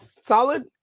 Solid